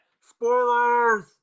Spoilers